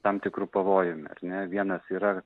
tam tikru pavojumi ar ne vienas yra